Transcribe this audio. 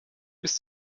bis